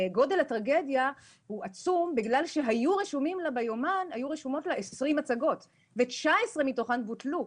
ביומן היו רשומות לה 20 הצגות ו-19 בוטלו.